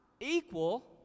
equal